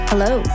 Hello